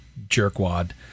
jerkwad